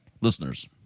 Listeners